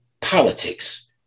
politics